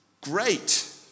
great